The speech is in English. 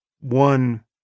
one